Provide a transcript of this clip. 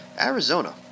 Arizona